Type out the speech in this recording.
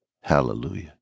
Hallelujah